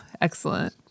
Excellent